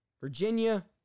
Virginia